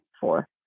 four